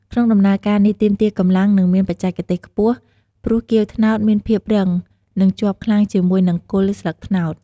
ក្នុងដំណើរការនេះ ទាមទារកម្លាំង និងមានបច្ចេទេសខ្ពស់ ព្រោះគាវត្នោតមានភាពរឹងនិងជាប់ខ្លាំងជាមួយនឹង គល់ស្លឹកត្នោត។